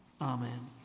Amen